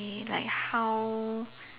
like how